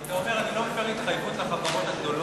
כי אתה אומר: אני לא מפר התחייבות לחברות הגדולות,